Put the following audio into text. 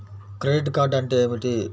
Credit card అంటే ఏమిటి?